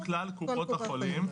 בכפוף לסיום הדיון.